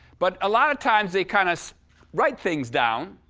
but a lot of times, they kind of write things down.